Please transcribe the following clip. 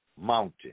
mountain